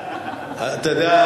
אתה יודע,